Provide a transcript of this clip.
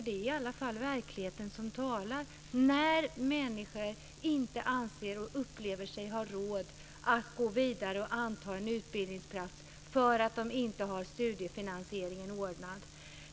Det är i alla fall verkligheten som talar när människor inte anser och upplever sig ha råd att gå vidare och anta en utbildningsplats för att de inte har studiefinansieringen ordnad.